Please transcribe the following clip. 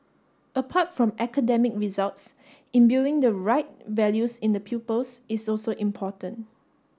apart from academic results imbuing the right values in the pupils is also important